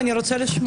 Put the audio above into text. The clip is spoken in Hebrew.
אני רוצה לשמור אותה.